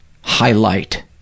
highlight